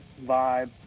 vibe